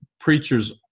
preachers